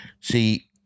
See